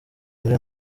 muri